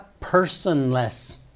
personless